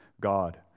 God